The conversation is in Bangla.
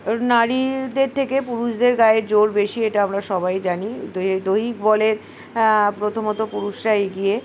নারীদের থেকে পুরুষদের গায়ের জোর বেশি এটা আমরা সবাই জানি দৈহিক বলে প্রথমত পুরুষরা এগিয়ে